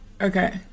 Okay